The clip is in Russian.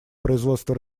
производства